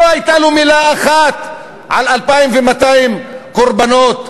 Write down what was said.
לא הייתה לו מילה אחת על 2,200 קורבנות,